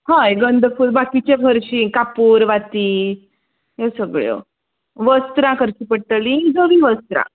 हय गंध फूल बाकीचें हरशीं कापूर वाती ह्यो सगळ्यो वस्त्रां करची पडटली नवी वस्त्रां